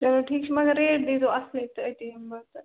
چلو ٹھیٖک چھُ مگر ریٹ دِیٖزیٚو اَصلٕے تہٕ أتی یِمہٕ بہٕ تہٕ